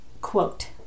quote